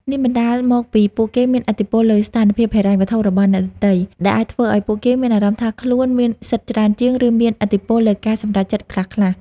នេះបណ្ដាលមកពីពួកគេមានឥទ្ធិពលលើស្ថានភាពហិរញ្ញវត្ថុរបស់អ្នកដទៃ ដែលអាចធ្វើឲ្យពួកគេមានអារម្មណ៍ថាខ្លួនមានសិទ្ធិច្រើនជាង ឬមានឥទ្ធិពលលើការសម្រេចចិត្តខ្លះៗ។